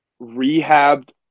rehabbed